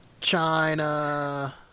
China